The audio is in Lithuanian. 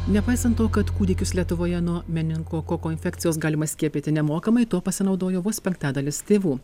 nepaisant to kad kūdikius lietuvoje nuo meningokoko infekcijos galima skiepyti nemokamai tuo pasinaudojo vos penktadalis tėvų